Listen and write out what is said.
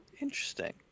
Interesting